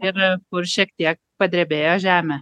ir kur šiek tiek padrebėjo žemė